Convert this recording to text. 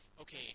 okay